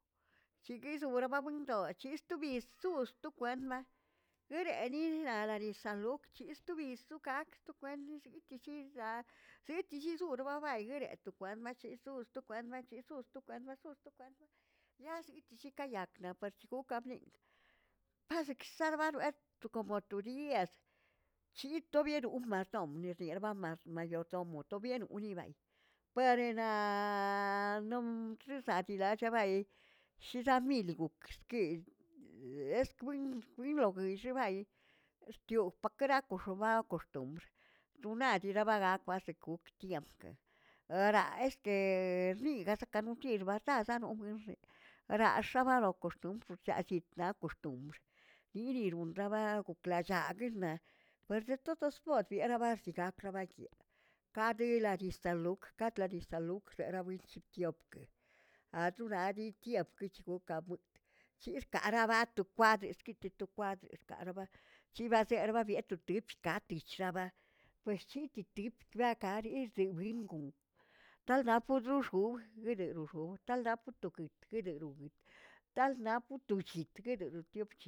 Chiguis magwemarindo'o chistobi yisus stokwermnanaꞌ, ereꞌe nirarisan luks istobis suꞌu gaꞌag to kwent yinsi istichiaknaꞌ llitillizurubaꞌy etokwarmaꞌa chizul sto kwarmaꞌa, chizus sto kwarmaꞌa, sto kwarma yaze itill kayaklə parchigoklə karmiꞌi, baꞌkszgargakwernꞌn como tu diyas chitobierom marddom dierma ma- mayordomo tobiꞌerooniꞌ parernaꞌa nom chizaꞌak achibay sheramilgow grxkskis, esklom winlougullꞌgaꞌy estriopakaꞌtkoꞌ maꞌakoxkotꞌ tunaꞌchiraba kwartyigo xtiamkə woraꞌa este erniꞌgasakanotir batazaꞌ nunwexeꞌe, xax- xabanuꞌu poxtu'un saꞌllit koxtumbrə yiruram rabagoklallaa aguirnaꞌ perde todosmods erabarchigaa rabaykii kadis lakelouk katledisalouk rebuichayitio, aturari tiempki gokaꞌbuə chixkarab to kwader kit to kwader karaba chivase babiert to tixpsh akichxa pschitichi bebgakaa dirdii buingon talnapadu xuu'lj bidenoxjoꞌ portaldapə toguitgꞌ derobitaldnaꞌ put lochit tedrelotgꞌə.